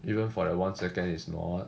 even for that one second it's not